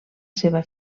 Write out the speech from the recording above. seva